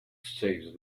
saves